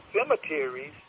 cemeteries